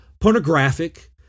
pornographic